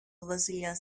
βασιλιάς